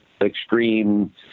extreme